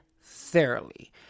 thoroughly